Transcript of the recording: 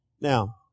Now